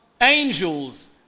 angels